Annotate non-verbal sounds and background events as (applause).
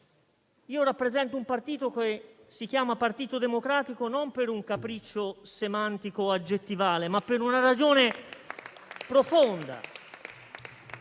Io rappresento un partito che si chiama Partito Democratico non per un capriccio semantico o aggettivale, (applause) ma per una ragione profonda.